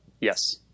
Yes